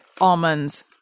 almonds